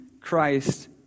Christ